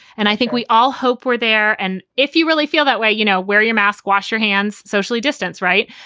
and i think we all hope we're there. and if you really feel that way, you know wear your mask, wash your hands socially distance. right.